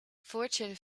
fortune